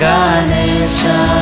Ganesha